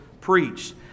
preached